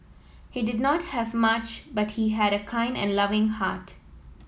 he did not have much but he had a kind and loving heart